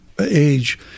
age